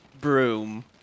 broom